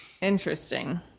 Interesting